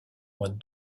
moins